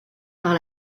par